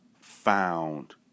Found